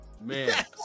man